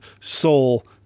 soul